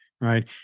Right